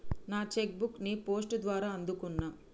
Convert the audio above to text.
నా cheque book ని post ద్వారా అందుకున్నా